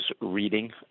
reading